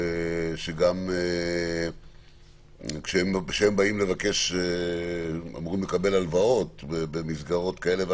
שגם כשהם באים לבקש הלוואות במסגרות כאלה ואחרות,